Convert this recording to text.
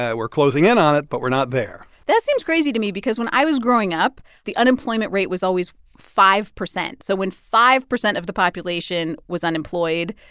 we're closing in on it, but we're not there that seems crazy to me because when i was growing up, the unemployment rate was always five percent. so when five percent of the population was unemployed,